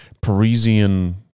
Parisian